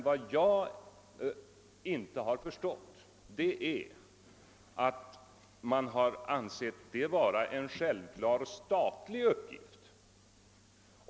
Vad jag inte förstår är att man anser detta vara en självklar statlig uppgift.